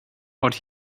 but